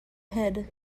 hid